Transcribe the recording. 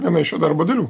viena iš jo darbo dalių